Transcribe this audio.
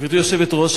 גברתי היושבת-ראש,